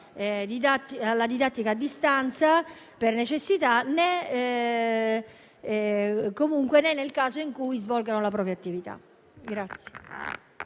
alla didattica a distanza per necessità, né nel caso in cui svolgano la propria attività.